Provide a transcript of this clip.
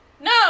no